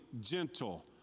gentle